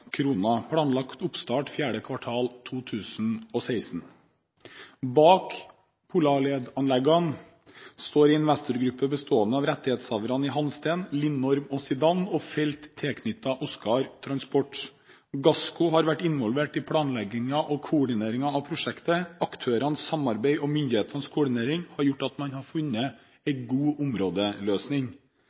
Planlagt oppstart er 4. kvartal 2016. Bak Polarledanleggene står en investorgruppe bestående av rettighetshavere i Hansteen, Linnorm og Zidane og felt tilknyttet Åsgard transport. Gasco har vært involvert i planleggingen og koordineringen av prosjektet. Aktørenes samarbeid og myndighetenes koordinering har gjort at man har funnet en god områdeløsning.